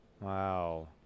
Wow